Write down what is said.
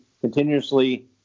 continuously